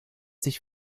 sich